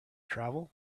travel